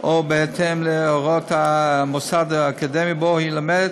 או בהתאם להוראות המוסד האקדמי שבו היא לומדת,